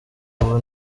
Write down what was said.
ubu